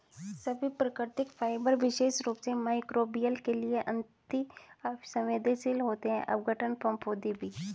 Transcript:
सभी प्राकृतिक फाइबर विशेष रूप से मइक्रोबियल के लिए अति सवेंदनशील होते हैं अपघटन, फफूंदी भी